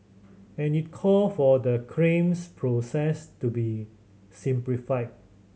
and it called for the claims process to be simplified